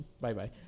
bye-bye